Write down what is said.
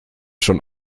schon